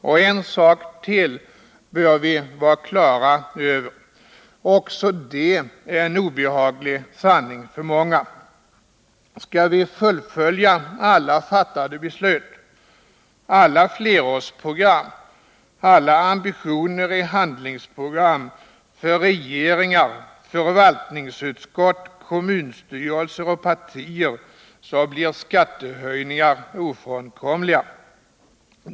Och en sak till bör vi vara klara över — också det en obehaglig sanning för många: Skall vi fullfölja alla fattade beslut, alla flerårsprogram, alla ambitioner i handlingsprogram för regeringar, förvaltningsutskott, kommunstyrelser och partier, blir skattehöjningar ofrånkomliga.